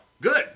Good